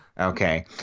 Okay